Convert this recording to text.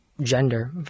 gender